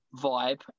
vibe